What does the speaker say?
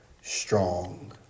strong